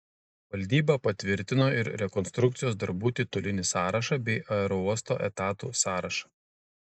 valdyba patvirtino ir rekonstrukcijos darbų titulinį sąrašą bei aerouosto etatų sąrašą